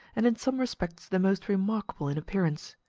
and in some respects the most remarkable in appearance.